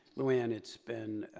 luann, it's been,